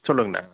சொல்லுங்க அண்ணா